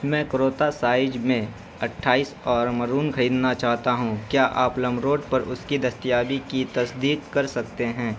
میں کروطا سائج میں اٹھائیس اور مرون خریدنا چاہتا ہوں کیا آپ لم روڈ پر اس کی دستیابی کی تصدیق کر سکتے ہیں